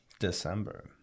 December